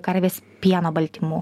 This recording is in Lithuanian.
karvės pieno baltymų